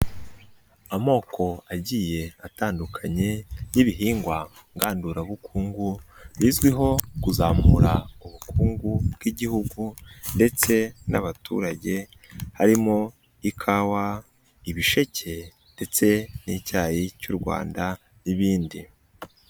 Amoko agiye atandukanye nk'ibihingwa ngandurabukungu, bizwiho kuzamura ubukungu bw'igihugu ndetse n'abaturage, harimo ikawa, ibisheke ndetse n'icyayi cy'u Rwanda n'ibindi.